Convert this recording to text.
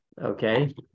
Okay